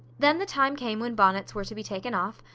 then the time came when bonnets were to be taken off,